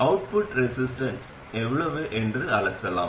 output resistance எவ்வளவு என்று அலசலாம்